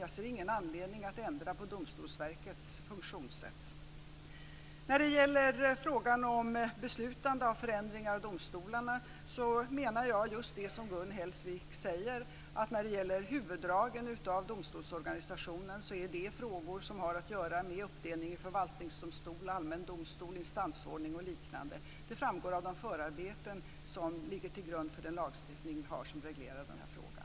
Jag ser ingen anledning att ändra på Domstolsverkets funktionssätt. När det gäller beslutande av förändringar i domstolarna menar jag just det som Gun Hellsvik säger, att frågor om huvuddragen i domstolsorganisationen har att göra med uppdelning i förvaltningsdomstol, allmän domstol, instansordning och liknande. Det framgår av de förarbeten som ligger till grund för den lagstiftning vi har som reglerar den här frågan.